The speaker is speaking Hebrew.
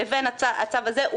לבין הצו הזה,